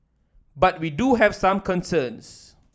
but we do have some concerns